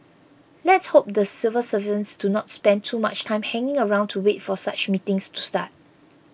let's hope the civil servants do not spend too much time hanging around to wait for such meetings to start